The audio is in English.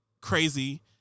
crazy